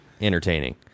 entertaining